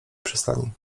przystani